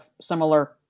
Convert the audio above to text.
similar